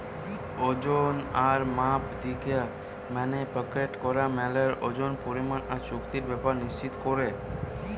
ওজন আর মাপ দিখা মানে প্যাকেট করা মালের ওজন, পরিমাণ আর চুক্তির ব্যাপার নিশ্চিত কোরা